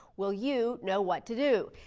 will you know what to do?